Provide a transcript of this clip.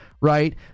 right